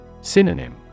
Synonym